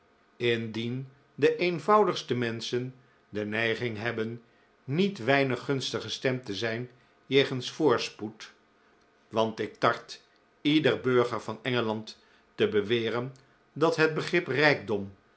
indien de eenvoudigste menschen de neiging hebben niet weinig gunstig gestemd te zijn jegens voorspoed want ik tart ieder burger van engeland te beweren dat het begrip rijkdom